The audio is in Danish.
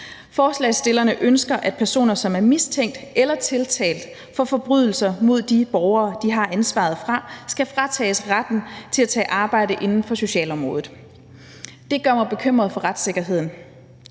Forslagsstillerne ønsker, at personer som er mistænkt eller tiltalt for forbrydelser mod de borgere, de har ansvaret for, skal fratages retten til at tage arbejde inden for socialområdet. Det gør mig bekymret for retssikkerheden.